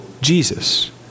Jesus